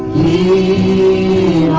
ea